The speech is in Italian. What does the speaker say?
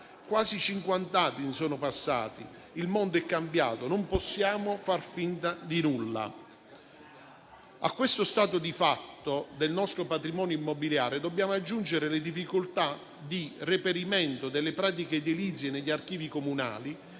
Quasi cinquant'anni sono passati, il mondo è cambiato e non possiamo far finta di nulla. A questo stato di fatto del nostro patrimonio immobiliare dobbiamo aggiungere le difficoltà di reperimento delle pratiche edilizie negli archivi comunali